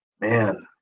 man